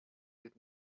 did